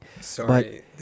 Sorry